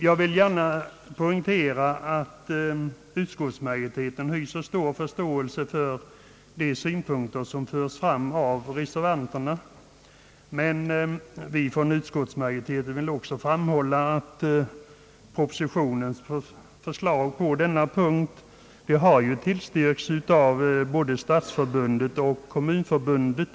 Jag vill gärna poängtera att utskottsmajoriteten hyser stor förståelse för de synpunkter som förts fram av reservanterna, men jag vill framhålla att propositionens förslag på denna punkt ju har tillstyrkts av både Stadsförbundet och Kommunförbundet.